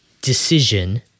decision